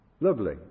Lovely